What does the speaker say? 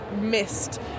missed